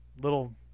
little